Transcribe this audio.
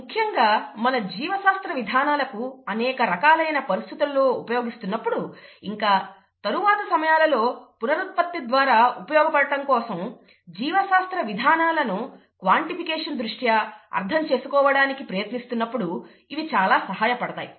ముఖ్యంగా మనం జీవ శాస్త్ర విధానాలను అనేక రకాలైన పరిస్థితులలో ఉపయోగిస్తున్నప్పుడు ఇంకా తరువాతి సమయాలలో పునరుత్పత్తి ద్వారా ఉపయోగపడటం కోసం జీవ శాస్త్ర విధానాలను క్వాన్టిఫికేషన్ దృష్ట్యా అర్థం చేసుకోవడానికి ప్రయత్నిస్తున్నప్పుడు ఇవి చాలా సహాయపడతాయి